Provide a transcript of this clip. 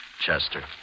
Chester